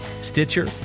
Stitcher